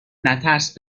نترس